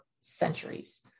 centuries